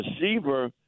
receiver